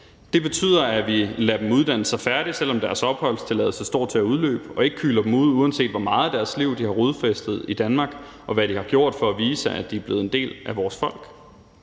det betyder, at vi lader dem uddanne sig færdig, selv om deres opholdstilladelse står til at udløbe, og vi ikke kyler dem ud, uanset hvor meget af deres liv de har rodfæstet i Danmark og hvad de har gjort for at vise, at de er blevet en del af vores folk